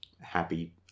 Happy